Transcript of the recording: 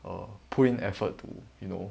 err put in effort to you know